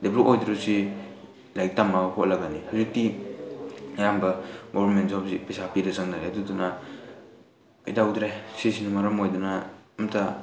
develop ꯑꯣꯏꯗꯣꯏꯁꯤ ꯂꯥꯏꯔꯤꯛ ꯇꯝꯃꯒ ꯈꯣꯠꯂꯒꯅꯤ ꯍꯧꯖꯤꯛꯇꯤ ꯑꯌꯥꯝꯕ ꯒꯣꯔꯃꯦꯟ ꯖꯣꯞꯁꯤ ꯄꯩꯁꯥ ꯄꯤꯔ ꯆꯪꯅꯔꯦ ꯑꯗꯨꯗꯨꯅ ꯀꯩꯗꯧꯗ꯭ꯔꯦ ꯁꯤꯁꯤꯅ ꯃꯔꯝ ꯑꯣꯏꯗꯅ ꯑꯝꯇ